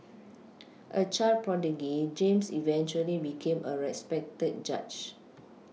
a child prodigy James eventually became a respected judge